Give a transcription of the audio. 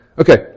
Okay